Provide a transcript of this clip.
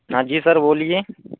हाँ जी सर बोलिए